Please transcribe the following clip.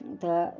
تہٕ